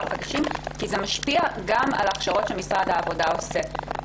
החדשים כי זה משפיע גם על ההכשרות שמשרד העבודה עושה.